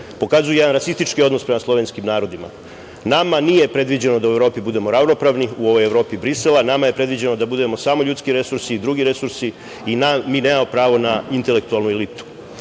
pokazuje jedan rasistički odnos prema slovenskim narodima. Nama nije predviđeno da u Evropi budemo ravnopravni, u ovoj Evropi Brisela, nama je predviđeno da budemo samo ljudski resursi, i drugi resursi i mi nemamo pravo na intelektualnu elitu. Zato